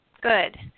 Good